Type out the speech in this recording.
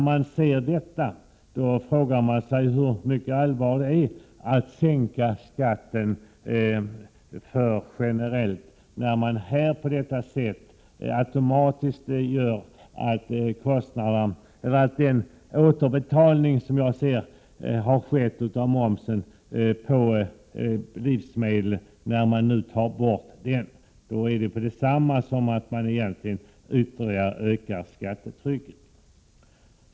Man frågar sig hur mycket allvar det är i talet om att man vill sänka skatten generellt, när den återbetalning som har skett av momsen på livsmedel nu tas bort. Då ökar man automatiskt skattetrycket.